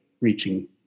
reaching